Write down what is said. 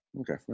Okay